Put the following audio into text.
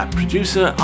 producer